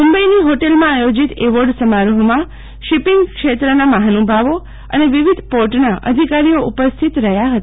મુંબઈની હોટલમાં આયોજીત એવોર્ડ સમારોહમાં શિપિંગ ક્ષેત્રના મહાનુભાવો અને વિવિધ પોર્ટના અધિકારીઓ ઉપસ્થિત રહ્યા હતા